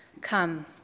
Come